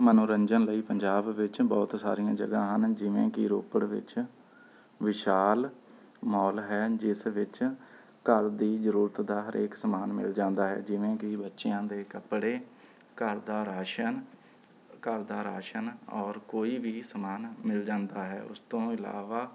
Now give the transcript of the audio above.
ਮਨੋਰੰਜਨ ਲਈ ਪੰਜਾਬ ਵਿੱਚ ਬਹੁਤ ਸਾਰੀਆਂ ਜਗ੍ਹਾ ਹਨ ਜਿਵੇਂ ਕਿ ਰੋਪੜ ਵਿੱਚ ਵਿਸ਼ਾਲ ਮੌਲ ਹੈ ਜਿਸ ਵਿੱਚ ਘਰ ਦੀ ਜ਼ਰੂਰਤ ਦਾ ਹਰੇਕ ਸਮਾਨ ਮਿਲ ਜਾਂਦਾ ਹੈ ਜਿਵੇਂ ਕਿ ਬੱਚਿਆਂ ਦੇ ਕੱਪੜੇ ਘਰ ਦਾ ਰਾਸ਼ਨ ਘਰ ਦਾ ਰਾਸ਼ਨ ਔਰ ਕੋਈ ਵੀ ਸਮਾਨ ਮਿਲ ਜਾਂਦਾ ਹੈ ਉਸ ਤੋਂ ਇਲਾਵਾ